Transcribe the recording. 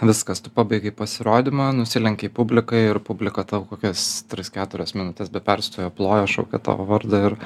viskas tu pabaigei pasirodymą nusilenkei publikai ir publika tau kokias tris keturias minutes be perstojo ploja šaukia tavo vardą ir